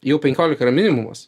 jau penkiolika yra minimumas